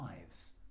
lives